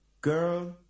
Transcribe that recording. girl